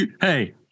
hey